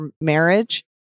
marriage